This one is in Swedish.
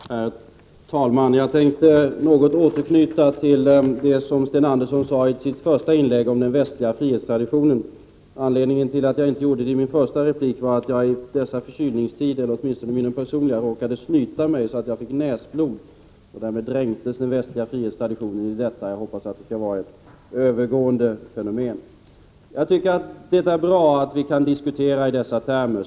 Herr talman! Jag skall något återknyta till det som Sten Andersson sade i sitt första inlägg om den västliga frihetstraditionen. Anledningen till att jag inte gjorde det i min första replik var att jag i dessa förkylningstider, åtminstone min personliga, råkade snyta mig så att jag fick näsblod. Därmed dränktes den västliga frihetstraditionen i detta. Jag hoppas att det skall vara ett övergående fenomen. Det är bra att vi kan diskutera i dessa termer.